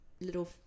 little